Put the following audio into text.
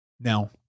Now